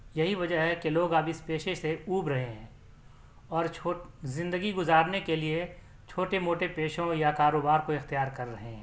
یہی وجہ ہے کہ لوگ اب اس پیشے سے اوب رہے ہیں اور چھوٹ زندگی گزارنے کے لئے چھوٹے موٹے پیشوں یا کاروبار کو اختیار کر رہے ہیں